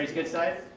good sides?